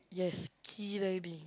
yes ski riding